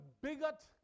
bigot